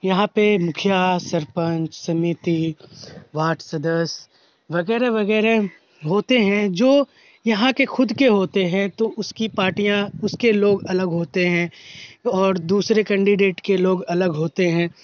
یہاں پہ مکھیا سرپنچ سمیتی واٹ سدسیہ وغیرہ وغیرہ ہوتے ہیں جو یہاں کے خود کے ہوتے ہیں تو اس کی پارٹیاں اس کے لوگ الگ ہوتے ہیں اور دوسرے کینڈیڈیٹ کے لوگ الگ ہوتے ہیں